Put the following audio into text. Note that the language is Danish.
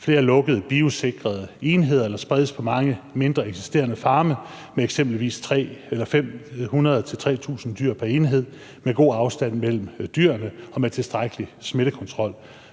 flere lukkede biosikrede enheder eller spredes på mange mindre eksisterende farme med eksempelvis 500-3.000 dyr pr. enhed med god afstand mellem dyrene og med tilstrækkelig smittekontrol.